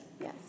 Yes